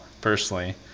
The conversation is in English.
personally